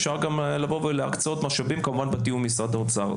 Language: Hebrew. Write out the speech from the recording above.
אפשר גם להקצות משאבים בתיאום כמובן משרד האוצר.